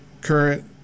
Current